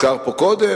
הוזכר פה קודם,